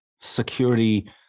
security